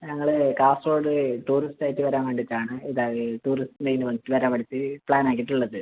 ഞങ്ങൾ കാസർഗോഡ് ടൂറിസ്റ്റ് ആയിട്ട് വരാൻ വേണ്ടിയിട്ടാണ് ഇത് ടൂറിസ്റ്റ് മെയിന് വരാൻ വേണ്ടിയിട്ട് പ്ലാൻ ആക്കിയിട്ടുള്ളത്